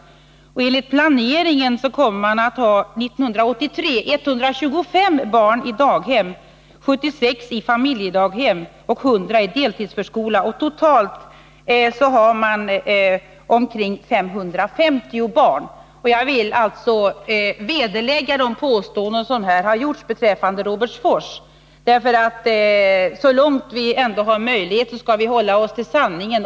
Enligt planeringen kommer man 1983 att ha 125 barn i daghem, 76 i familjedaghem och 100 i deltidsförskola. Totalt har man omkring 550 barn. Jag vill med detta vederlägga de påståenden som här har gjorts beträffande Robertsfors. Vi skall så långt vi har möjlighet hålla oss till sanningen.